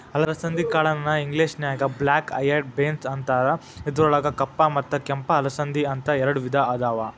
ಅಲಸಂದಿ ಕಾಳನ್ನ ಇಂಗ್ಲೇಷನ್ಯಾಗ ಬ್ಲ್ಯಾಕ್ ಐಯೆಡ್ ಬೇನ್ಸ್ ಅಂತಾರ, ಇದ್ರೊಳಗ ಕಪ್ಪ ಮತ್ತ ಕೆಂಪ ಅಲಸಂದಿ, ಅಂತ ಎರಡ್ ವಿಧಾ ಅದಾವ